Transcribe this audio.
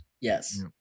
Yes